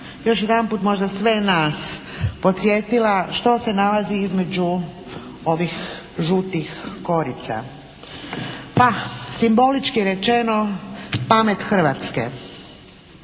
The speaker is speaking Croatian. još jedanput možda sve nas podsjetila što se nalazi između ovih žutih korica. Pa, simbolički rečeno pamet Hrvatske.